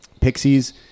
pixies